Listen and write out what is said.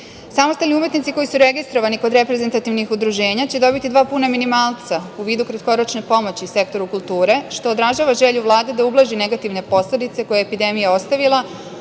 pitanju. Samostalni umetnici koji su registrovani kod reprezentativnih udruženja će dobiti dva puna minimalca u vidu kratkoročne pomoći sektoru kulture, što odražava želju Vlade da ublaži negativne posledice koje je epidemija ostavila,